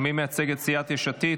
מי מייצג את סיעת יש עתיד?